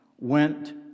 went